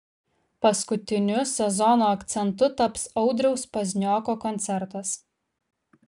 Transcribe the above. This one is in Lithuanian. paskutiniu sezono akcentu taps audriaus paznioko koncertas